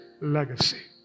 Legacy